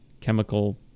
chemical